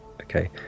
okay